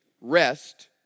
Rest